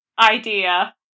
idea